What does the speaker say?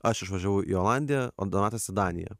aš išvažiavau į olandiją o donatas į daniją